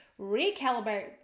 recalibrate